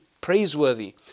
praiseworthy